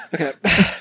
okay